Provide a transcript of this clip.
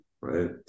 right